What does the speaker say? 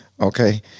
Okay